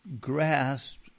grasped